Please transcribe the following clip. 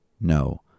No